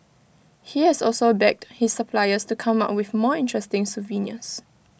he has also begged his suppliers to come up with more interesting souvenirs